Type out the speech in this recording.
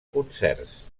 concerts